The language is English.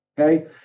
okay